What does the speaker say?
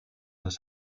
des